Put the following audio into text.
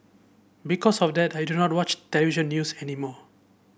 because of that I do not watch television news anymore